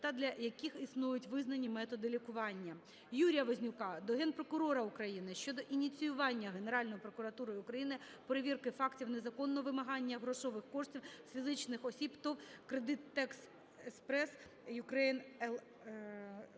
та для яких існують визнані методи лікування. Юрія Вознюка до Генпрокурора України щодо ініціювання Генеральною прокуратурою України перевірки фактів незаконного вимагання грошових коштів з фізичних осіб ТОВ "КРЕДИТЕКСПРЕС ЮКРЕЙН